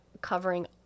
covering